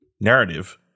narrative